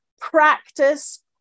practice